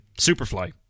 Superfly